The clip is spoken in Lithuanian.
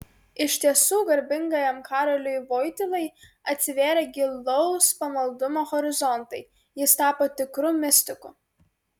iš tiesų garbingajam karoliui vojtylai atsivėrė gilaus pamaldumo horizontai jis tapo tikru mistiku